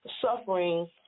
suffering